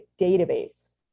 database